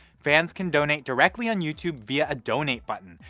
fans can donate directly on youtube via a donate button,